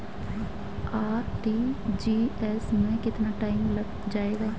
RTGS में कितना time लग जाएगा?